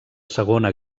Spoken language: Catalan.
segona